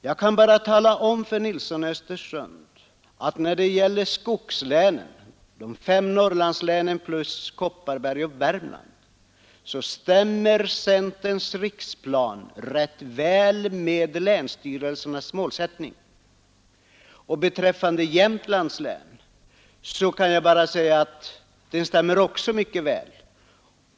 Jag kan tala om för herr Nilsson i Östersund att centerns riksplan för skogslänen — de fem Norrlandslänen, Kopparbergs län och Värmlands län — stämmer rätt väl överens med länsstyrelsernas målsättning. Beträffande Jämtlands län stämmer den också mycket väl.